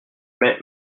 mais